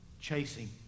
chasing